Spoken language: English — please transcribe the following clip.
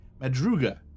Madruga